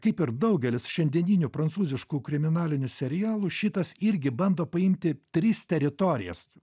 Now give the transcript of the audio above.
kaip ir daugelis šiandieninių prancūziškų kriminalinių serialų šitas irgi bando paimti tris teritorijas